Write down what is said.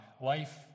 life